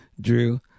Drew